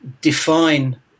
define